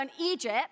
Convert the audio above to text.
Egypt